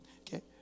okay